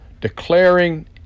declaring